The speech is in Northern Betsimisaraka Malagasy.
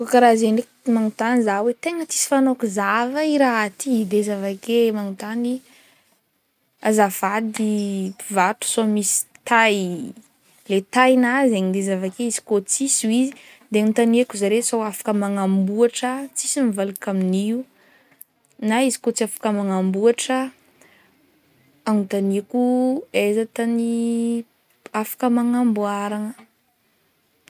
Koa karaha zegny ndraiky magnotany za hoe tegna tsy fanaoko za va i raha ty, de za avake magnontany azafady mpivarotra, sao misy taille, le taille-gnahy zegny, izy avake koa tsisy hoy izy, de agnontaniako zare sao afaka magnamboatra tsisy mivalaka amin'io, na izy koa tsy afaka magnamboatra, agnotaniako, aiza tagny afaka magnamboaragna.